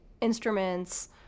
instruments